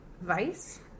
vice